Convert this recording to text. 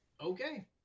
Okay